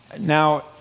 now